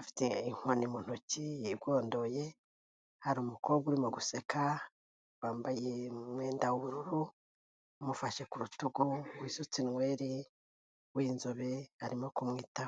afite inkoni mu ntoki yigondoye, hari umukobwa urimo guseka wambaye umwenda w'ubururu umufashe ku rutugu, wisutse nweri w'inzobe arimo kumwitaho.